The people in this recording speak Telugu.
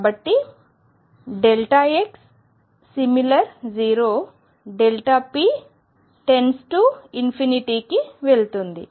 కాబట్టి x 0 p → కి వెళుతుంది